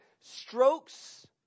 strokes